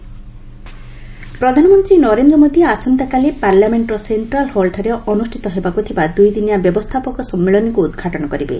PM conference ପ୍ରଧାନମନ୍ତ୍ରୀ ନରେନ୍ଦ୍ର ମୋଦି ଆସନ୍ତାକାଲି ପାର୍ଲାମେଣ୍ଟର ସେକ୍ଷ୍ରାଲ୍ ହଲ୍ଠାରେ ଅନୁଷ୍ଠିତ ହେବାକୁ ଥିବା ଦୁଇଦିନିଆ ବ୍ୟବସ୍ଥାପକ ସମ୍ମିଳନୀକୁ ଉଦ୍ଘାଟନ କରିବେ